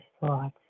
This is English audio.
thoughts